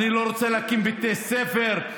אני לא רוצה להקים בתי ספר,